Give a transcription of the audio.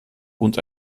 und